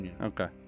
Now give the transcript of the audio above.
Okay